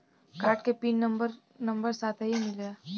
Card के pin number number साथही मिला?